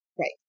Right